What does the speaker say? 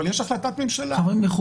אבל יש החלטת ממשלה.